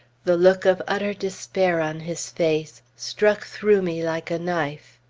the look of utter despair on his face, struck through me like a knife.